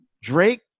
Drake